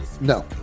No